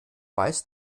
weiß